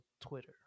Twitter